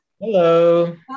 Hello